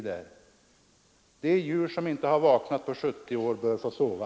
De djur som inte har vaknat på 70 år bör få sova.